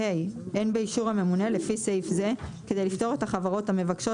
אין באישור הממונה לפי סעיף זה כדי לפטור את החברות המבקשות